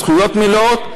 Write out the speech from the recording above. זכויות מלאות.